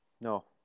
no